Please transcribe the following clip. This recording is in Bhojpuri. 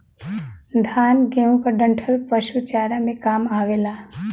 धान, गेंहू क डंठल पशु चारा में काम आवेला